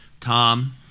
Tom